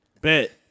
Bet